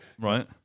right